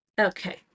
Okay